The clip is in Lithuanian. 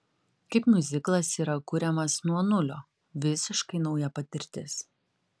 kaip miuziklas yra kuriamas nuo nulio visiškai nauja patirtis